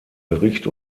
gericht